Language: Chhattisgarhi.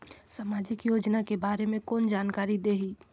समाजिक योजना के बारे मे कोन जानकारी देही?